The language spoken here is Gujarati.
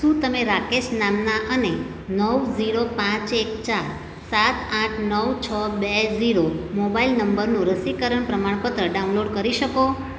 શું તમે રાકેશ નામના અને નવ ઝીરો પાંચ એક ચાર સાત આઠ નવ છ બે ઝીરો મોબાઈલ નંબરનું રસીકરણ પ્રમાણપત્ર ડાઉનલોડ કરી શકો